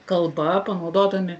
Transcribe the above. kalba panaudodami